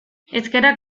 eskerrak